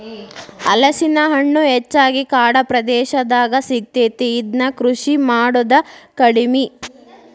ಹಲಸಿನ ಹಣ್ಣು ಹೆಚ್ಚಾಗಿ ಕಾಡ ಪ್ರದೇಶದಾಗ ಸಿಗತೈತಿ, ಇದ್ನಾ ಕೃಷಿ ಮಾಡುದ ಕಡಿಮಿ